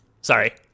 Sorry